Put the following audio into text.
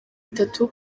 bitatu